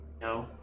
No